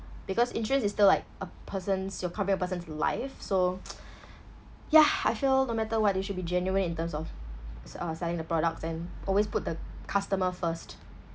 because insurance is still like a person's you're covering a person's life so yeah I feel no matter what you should be genuine in terms of s~ uh selling the products and always put the customer first